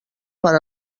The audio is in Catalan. per